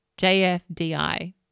JFDI